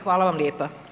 Hvala vam lijepa.